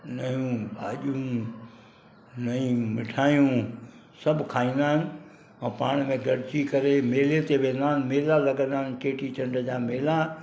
नयूं भाॼियूं नई मिठाइयूं सभु खाईंदा आहिनि ऐं पाण में गॾिजी करे मेले ते वेंदा आहिनि मेला लॻियलु हूंदा आहिनि चेटी चंड जा मेला